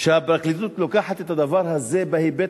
שהפרקליטות לוקחת את הדבר הזה בהיבט